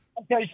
okay